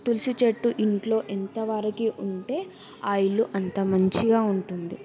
తులసి చెట్టు ఇంట్లో ఎంత వరకు ఉంటే ఆ ఇల్లు అంత మంచిగా ఉంటుంది